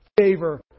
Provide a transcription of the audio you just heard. favor